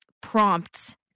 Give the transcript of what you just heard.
prompts